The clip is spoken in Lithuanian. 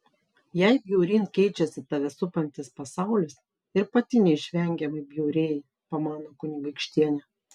jei bjauryn keičiasi tave supantis pasaulis ir pati neišvengiamai bjaurėji pamano kunigaikštienė